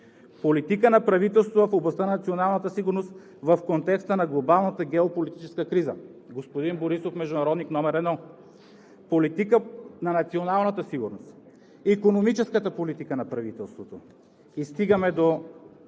политика на правителството в областта на националната сигурност в контекста на глобалната геополитическа криза – господин Борисов международник № 1; политика на националната сигурност; икономическата политика на правителството. И стигаме до